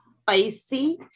spicy